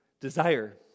desire